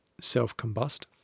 self-combust